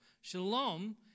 Shalom